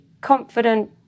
confident